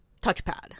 touchpad